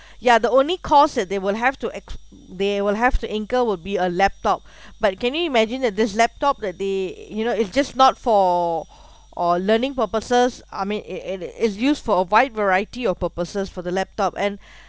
ya the only cause that they will have to ex~ they will have incur would be a laptop but can you imagine that this laptop that they you know it's just not for or learning purposes I mean it it it's used for a wide variety of purposes for the laptop and